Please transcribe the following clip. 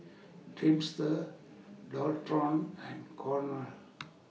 Dreamster Dualtron and Cornell